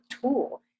tool